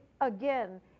again